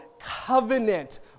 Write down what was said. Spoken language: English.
covenant